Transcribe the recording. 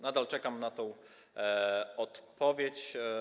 Nadal czekam na odpowiedź.